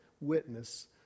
witness